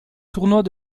tournois